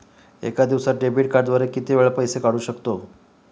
एका दिवसांत डेबिट कार्डद्वारे किती वेळा पैसे काढू शकतो?